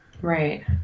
right